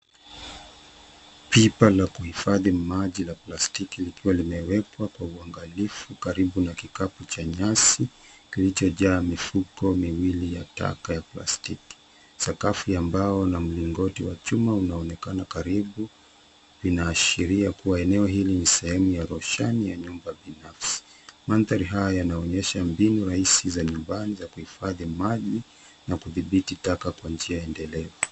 Pipa la kuhifadhi maji la plastiki likiwa limewekwa kwa uangalifu, karibu na kikapu cha nyasi kilichojaa mifuko miwili ya taka ya plastiki. Sakafu ya mbao na mlingoti wa chuma unaonekana karibu. Inaashiria kuwa eneo hili ni sehemu ya roshani ya nyumba ya kibinafsi, mandhari haya yanaonyesha mbinu rahisi za nyumbani za kuhifadhi maji na kuthibiti taka kwenye njia endelevu.